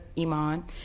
Iman